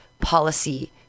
policy